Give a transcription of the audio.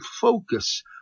focus